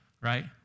right